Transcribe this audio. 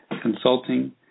Consulting